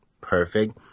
Perfect